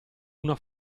una